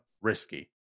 risky